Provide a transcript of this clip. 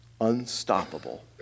unstoppable